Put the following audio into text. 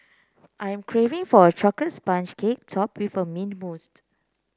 I'm craving for a chocolate sponge cake topped with mint moussed